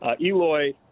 Eloy